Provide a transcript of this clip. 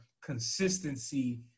consistency